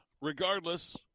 Regardless